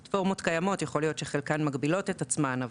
יכול להיות שחלק מהפלטפורמות הקיימות מגבילות את עצמן,